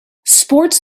sports